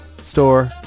store